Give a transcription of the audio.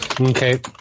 Okay